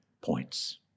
points